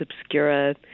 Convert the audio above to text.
Obscura